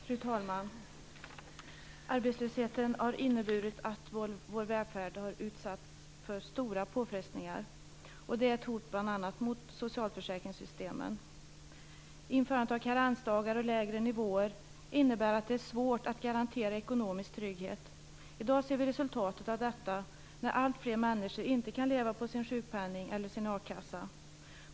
Fru talman! Arbetslösheten har inneburit att vår välfärd har utsatts för stora påfrestningar, och det är ett hot mot bl.a. socialförsäkringssystemen. Införandet av karensdagar och lägre nivåer innebär att det är svårt att garantera ekonomisk trygghet. I dag ser vi resultatet av detta, när allt fler människor inte kan leva på sin sjukpenning eller sin a-kassa.